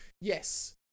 yes